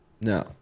No